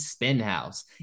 Spinhouse